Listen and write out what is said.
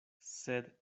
sed